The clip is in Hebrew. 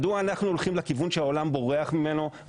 מדוע אנחנו הולכים לכיוון שהעולם בורח ממנו?